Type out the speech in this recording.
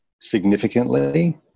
significantly